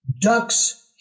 ducks